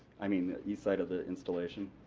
i mean east side of the installation.